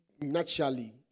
naturally